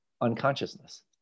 unconsciousness